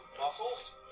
muscles